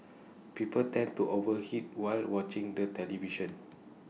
people tend to overeat while watching the television